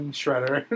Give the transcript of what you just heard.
shredder